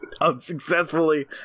unsuccessfully